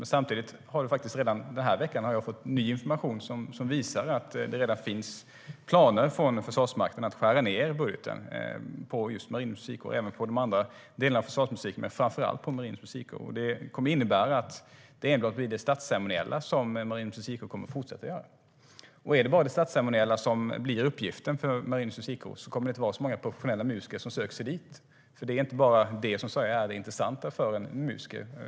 Men redan den här veckan har jag fått ny information som visar att det redan finns planer från Försvarsmakten att skära ned budgeten just för Marinens musikkår - även för de andra delarna av försvarsmusiken men framför allt på Marinens musikkår. Det kommer att innebära att det enbart är det statsceremoniella som Marinens musikkår kommer att fortsätta med. Men är det bara det statsceremoniella som blir uppgiften för Marinens musikkår kommer det inte att vara så många professionella musiker som söker sig dit, för det är inte bara det som är det intressanta för en musiker.